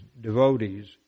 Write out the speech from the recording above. devotees